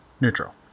neutral